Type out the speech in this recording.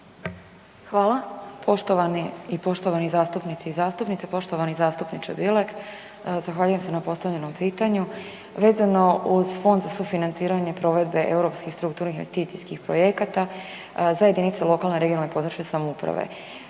Hvala poštovani i poštovani zastupnici i zastupnice. Poštovani zastupniče Bilek, zahvaljujem se na postavljenom pitanju. Vezano uz fond za sufinanciranje provedbe europskih strukturnih investicijskih projekata, za jedinice lokalne i regionalne (područne) samouprave.